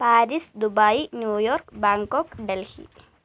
Paris Dubai New York Bangkok Delhi